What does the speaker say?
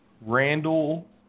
Randall